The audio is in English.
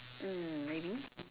mm maybe